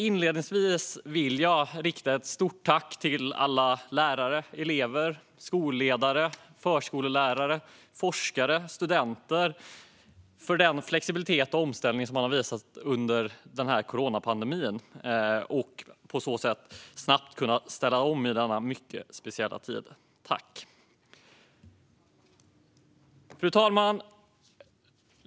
Inledningsvis vill jag rikta ett stort tack till alla lärare, elever, skolledare, förskollärare, forskare och studenter för den flexibilitet och omställningsförmåga de har visat under coronapandemin och för att de på så sätt snabbt kunnat ställa om i denna mycket speciella tid. Tack! Fru talman!